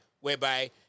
whereby